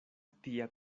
tia